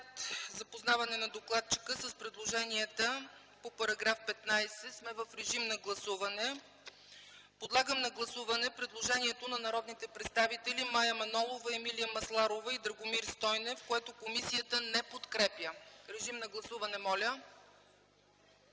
запознаване с предложенията по доклада по § 15 сме в режим на гласуване. Подлагам на гласуване предложението на народните представители Мая Манолова, Емилия Масларова и Драгомир Стойнев, което комисията не подкрепя. Гласували